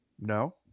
No